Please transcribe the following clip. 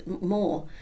more